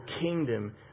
kingdom